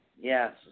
Yes